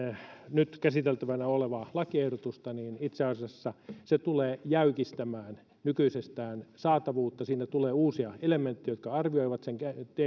nyt käsiteltävänä olevaa lakiehdotusta niin itse asiassa se tulee jäykistämään saatavuutta nykyisestä sinne tulee uusia elementtejä jotka arvioivat sen tiedon